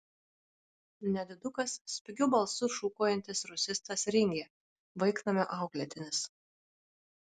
nedidukas spigiu balsu šūkaujantis rusistas ringė vaiknamio auklėtinis